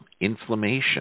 Inflammation